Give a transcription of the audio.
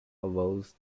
allows